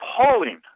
appalling